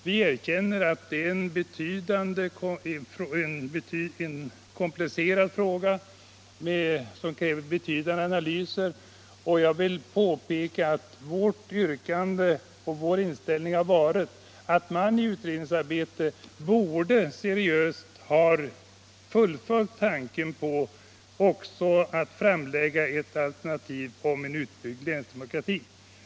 Vi erkänner att det är en komplicerad fråga som kräver betydande analyser, och jag vill påpeka att vår inställning har varit att man i utredningsarbetet borde seriöst ha fullföljt tanken på att också framlägga ett alternativ om en utbyggd länsdemokrati.